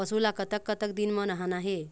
पशु ला कतक कतक दिन म नहाना हे?